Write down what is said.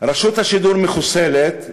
רשות השידור מחוסלת,